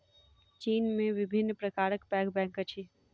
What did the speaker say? चीन में विभिन्न प्रकारक पैघ बैंक अछि